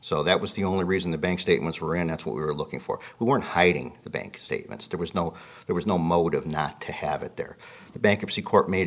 so that was the only reason the bank statements were in that's what we were looking for we weren't hiding the bank statements there was no there was no motive not to have it there the bankruptcy court made a